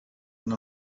and